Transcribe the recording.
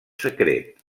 secret